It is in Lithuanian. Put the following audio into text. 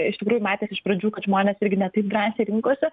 iš tikrųjų matės iš pradžių kad žmonės irgi ne taip drąsiai rinkosi